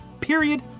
period